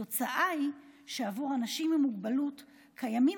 התוצאה היא שעבור אנשים עם מוגבלות קיימים